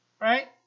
Right